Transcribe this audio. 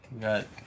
got